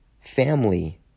family